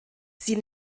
sie